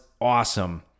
awesome